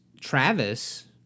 Travis